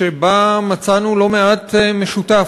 שבה מצאנו לא מעט משותף.